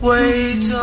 Wait